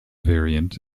variant